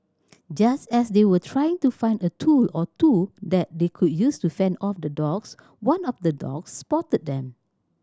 just as they were trying to find a tool or two that they could use to fend off the dogs one of the dogs spotted them